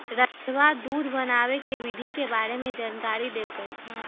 रधवा दूध बनावे के विधि के बारे में जानकारी देलकई